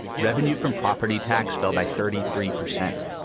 revenue from property tax fell by thirty three percent.